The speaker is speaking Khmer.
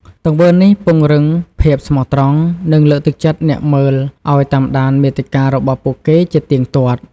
ទង្វើនេះពង្រឹងភាពស្មោះត្រង់ និងលើកទឹកចិត្តអ្នកមើលឱ្យតាមដានមាតិការបស់ពួកគេជាទៀងទាត់។